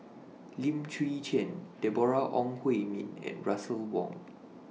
Lim Chwee Chian Deborah Ong Hui Min and Russel Wong